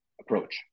approach